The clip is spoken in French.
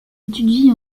étudie